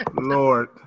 lord